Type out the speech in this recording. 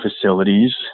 facilities